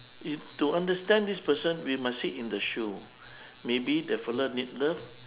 if to understand this person we must sit in the shoe maybe the fella need love